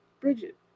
Bridget